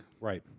Right